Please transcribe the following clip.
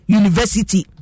university